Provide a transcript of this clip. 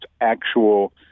actual